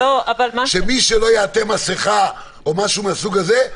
שמי שלא יעטה מסכה או משהו מהסוג הזה,